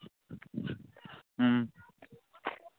ꯎꯝ